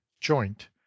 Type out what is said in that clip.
joint